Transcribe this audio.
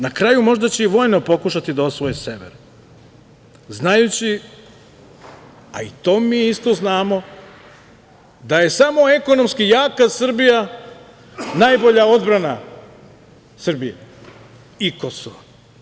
Na kraju, možda će i vojno pokušati da osvoje sever, znajući, a i to mi isto znamo, da je samo ekonomski jaka Srbija najbolja odbrana Srbije i Kosova.